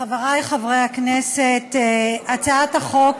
חברי חברי הכנסת, הצעת החוק